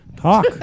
Talk